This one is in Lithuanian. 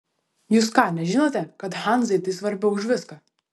jūs ką nežinote kad hanzai tai svarbiau už viską